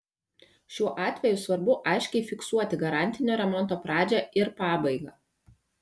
šiuo atveju svarbu aiškiai fiksuoti garantinio remonto pradžią ir pabaigą